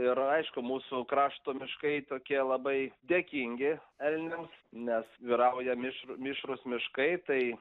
ir aišku mūsų krašto miškai tokie labai dėkingi elniams nes vyrauja mišr mišrūs miškai tai